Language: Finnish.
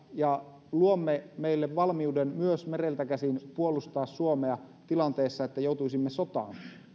ja luomme meille valmiuden myös mereltä käsin puolustaa suomea tilanteessa että joutuisimme sotaan